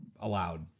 allowed